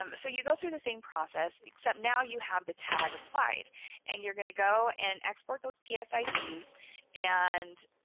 um so you go through the same process except now you have the tag applied and you're going to go and export those ps ids. and,